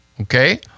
okay